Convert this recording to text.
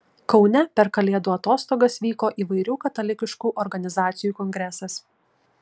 kaune per kalėdų atostogas vyko įvairių katalikiškų organizacijų kongresas